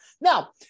Now